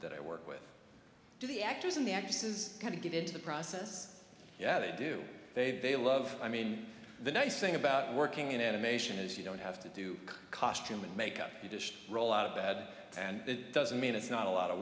that i work with do the actors and actresses kind of get into the process yeah they do they they love i mean the nice thing about working in animation is you don't have to do costume and make up the dish roll out of bed and it doesn't mean it's not a lot of